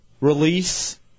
release